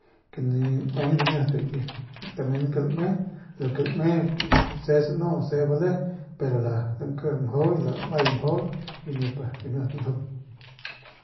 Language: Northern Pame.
Ke ni nueng dimiut ki tamen ke lame lu ke lame se sanu se bale pero lankiji mjau lamay mjau y nipa dimiut nljung.